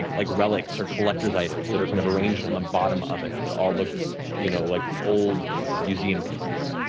like relics or collector's items, that are kind of arranged on the bottom of it that all look you know like old museum pieces.